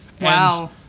Wow